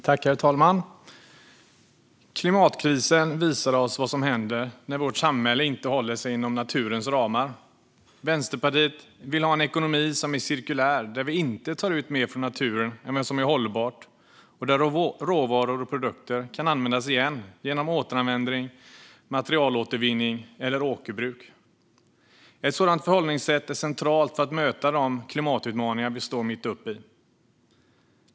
Herr talman! Klimatkrisen visar oss vad som händer när vårt samhälle inte håller sig inom naturens ramar. Vänsterpartiet vill ha en ekonomi som är cirkulär där vi inte tar ut mer från naturen än vad som är hållbart och där råvaror och produkter kan användas igen genom återanvändning, materialåtervinning eller återbruk. Ett sådant förhållningssätt är centralt för att möta de klimatutmaningar vi står mitt uppe i.